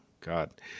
god